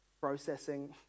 processing